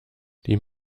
die